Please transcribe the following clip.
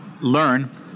learn